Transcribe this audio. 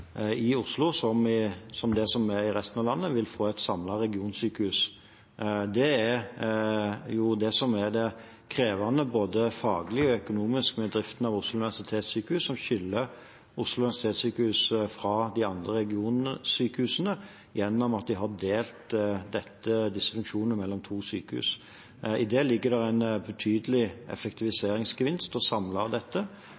i Oslo, slik som i resten av landet, vil få et samlet regionsykehus. Det er det som er det krevende – både faglig og økonomisk – med driften av Oslo universitetssykehus, og som skiller Oslo universitetssykehus fra de andre regionsykehusene gjennom at de har delt disse funksjonene mellom to sykehus. I det ligger det en betydelig